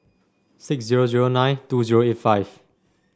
six zero zero nine two zero eight five